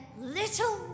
little